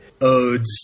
odes